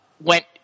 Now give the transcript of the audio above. went